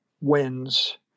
wins